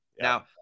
Now